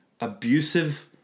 abusive